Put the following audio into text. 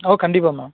ஓ கண்டிப்பாக மேம்